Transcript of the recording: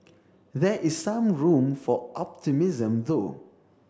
there is some room for optimism though